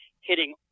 hitting